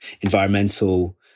environmental